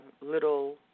little –